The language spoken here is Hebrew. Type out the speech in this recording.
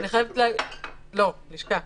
לשכה?